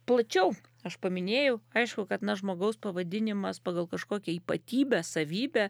plačiau aš paminėjau aišku kad na žmogaus pavadinimas pagal kažkokią ypatybę savybę